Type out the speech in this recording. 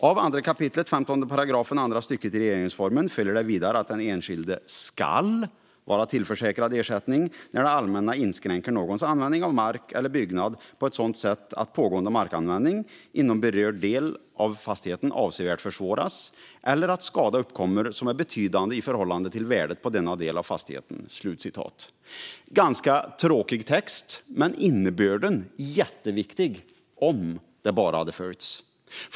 Av 2 kap. 15 § andra stycket RF följer vidare att den enskilde ska vara tillförsäkrad ersättning när det allmänna inskränker någons användning av mark eller byggnad på ett sådant sätt att pågående markanvändning inom berörd del av fastigheten avsevärt försvåras eller att skada uppkommer som är betydande i förhållande till värdet på denna del av fastigheten." Det är en ganska tråkig text, men innebörden är jätteviktig - om den bara hade följts.